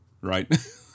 Right